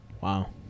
wow